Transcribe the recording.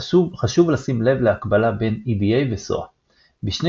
חשוב לשים לב להקבלה בין EDA ו SOA. בשני